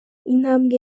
intambwe